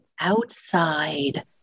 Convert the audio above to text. outside